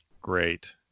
great